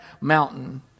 mountain